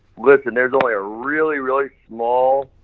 listen, there's only a really, really small,